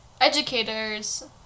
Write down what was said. educators